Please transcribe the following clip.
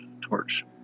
torch